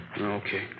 Okay